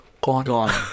gone